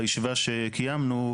בישיבה שקיימנו,